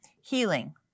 healing